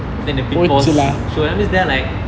then the big boss showed I was there like